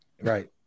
Right